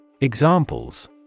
Examples